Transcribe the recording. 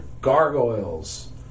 Gargoyles